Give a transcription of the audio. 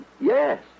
yes